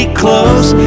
close